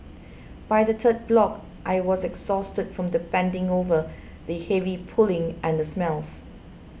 by the third block I was exhausted from the bending over the heavy pulling and the smells